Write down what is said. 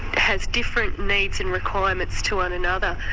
has different needs and requirements to one another,